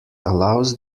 allows